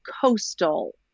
coastal